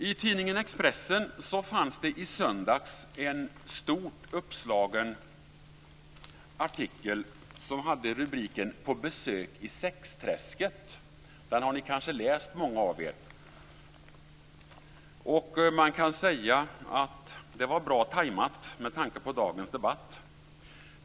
I tidningen Expressen fanns det i söndags en stort uppslagen artikel med rubriken "På besök i sexträsket" - många av er har kanske läst den. Det var bra tajmat med tanke på dagens debatt.